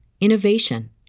innovation